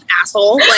asshole